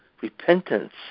repentance